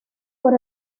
por